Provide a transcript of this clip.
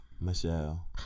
Michelle